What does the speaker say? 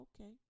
Okay